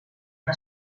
que